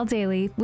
Daily